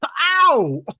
Ow